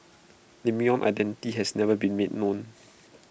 lemon's identity has never been made known